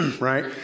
right